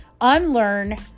Unlearn